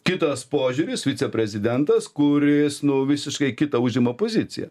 kitas požiūris viceprezidentas kuris nu visiškai kitą užima poziciją